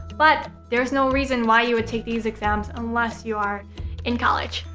but, there's no reason why you would take these exams unless you are in college.